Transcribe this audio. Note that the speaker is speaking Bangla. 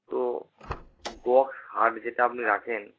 তো বক্স খাট যেটা আপনি রাখেন